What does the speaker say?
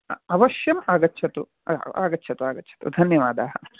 अवश्यम् आगच्छतु आगच्छतु आगच्छतु धन्यवादाः